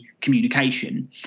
communication